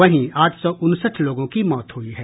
वहीं आठ सौ उनसठ लोगों की मौत हुई है